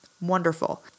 wonderful